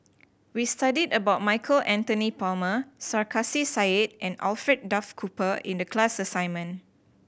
we studied about Michael Anthony Palmer Sarkasi Said and Alfred Duff Cooper in the class assignment